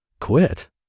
quit